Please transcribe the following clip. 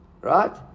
Right